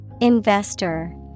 Investor